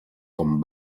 com